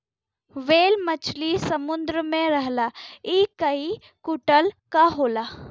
whale मछरी समुंदर में रहला इ कई कुंटल क होला